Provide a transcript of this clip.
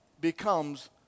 becomes